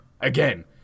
Again